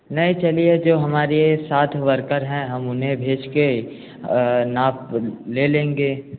नहीं चलिए जो हमारे साथ वर्कर हैं हम उन्हें भेजके नाप ले लेंगे